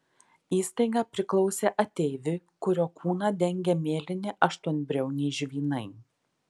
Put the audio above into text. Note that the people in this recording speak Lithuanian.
įstaiga priklausė ateiviui kurio kūną dengė mėlyni aštuonbriauniai žvynai